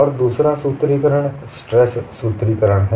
और दूसरा सूत्रीकरण स्ट्रेस सूत्रीकरण है